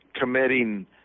committing